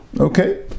Okay